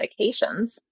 medications